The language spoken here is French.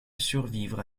survivre